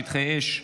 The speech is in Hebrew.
שטחי אש,